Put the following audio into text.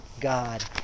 God